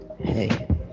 Hey